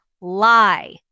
lie